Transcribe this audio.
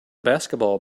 basketball